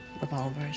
revolvers